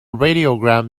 radiogram